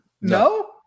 No